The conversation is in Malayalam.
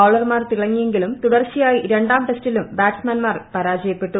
ബൌളർമാർ തിളങ്ങിയെങ്കിലും തുടർച്ചയായി ര്ണ്ടാം ടെസ്റ്റിലും ബാറ്റ്സ്മാൻമാർ പരാജയപ്പെട്ടു